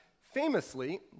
famously